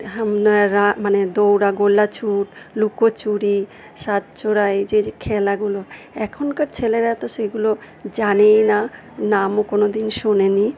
উনারা মানে দৌড়া গোলা ছুট লুকোচুরি সাতচোরাই যে এই যে খেলাগুলো এখনকার ছেলেরা তো সেগুলো জানেই না নামও কোন দিন শোনে নি